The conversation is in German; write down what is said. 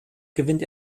gewinnt